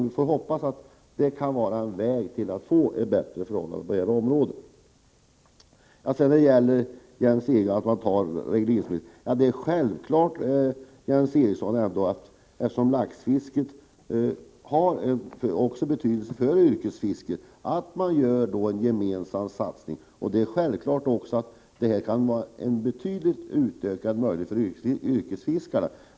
Vi hoppas att det kan vara en väg till att få bättre förhållanden på detta område. Till Jens Eriksson vill jag säga, att eftersom laxfisket också har betydelse för yrkesfisket, är det självklart att man gör en gemensam satsning. Det är också självklart att detta kan innebära en betydligt utökad möjlighet för yrkesfiskarna.